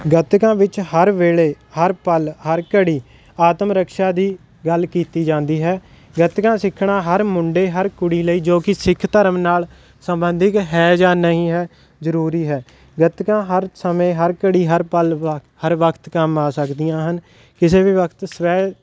ਗੱਤਕਾ ਵਿੱਚ ਹਰ ਵੇਲੇ ਹਰ ਪਲ ਹਰ ਘੜੀ ਆਤਮ ਰਕਸ਼ਾ ਦੀ ਗੱਲ ਕੀਤੀ ਜਾਂਦੀ ਹੈ ਗੱਤਕਾ ਸਿੱਖਣਾ ਹਰ ਮੁੰਡੇ ਹਰ ਕੁੜੀ ਲਈ ਜੋ ਕਿ ਸਿੱਖ ਧਰਮ ਨਾਲ ਸੰਬੰਧਿਤ ਹੈ ਜਾਂ ਨਹੀਂ ਹੈ ਜ਼ਰੂਰੀ ਹੈ ਗੱਤਕਾ ਹਰ ਸਮੇਂ ਹਰ ਘੜੀ ਹਰ ਪਲ ਹਰ ਵਕਤ ਕੰਮ ਆ ਸਕਦੀਆ ਹਨ ਕਿਸੇ ਵੀ ਵਕਤ ਸਵੈ